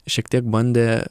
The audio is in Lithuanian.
šiek tiek bandė